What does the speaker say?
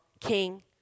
king